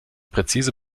präzise